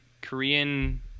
Korean